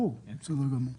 ברור, בסדר גמור.